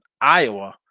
Iowa